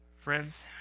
Friends